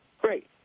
Great